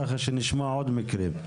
ככה שנשמע עוד מקרים.